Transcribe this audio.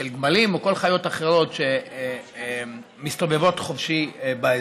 בעלים של גמלים או חיות אחרות שמסתובבות חופשי באזור.